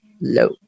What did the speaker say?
low